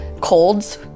colds